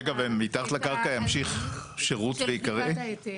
רגע, ומתחת לקרקע ימשיך שירות ועיקרי?